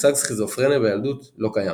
המושג "סכיזופרניה בילדות" לא קיים.